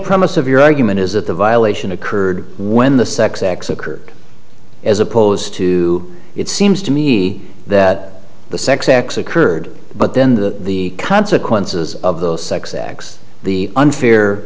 premise of your argument is that the violation occurred when the sex acts occurred as opposed to it seems to me that the sex acts occurred but then the consequences of those sex acts the unfair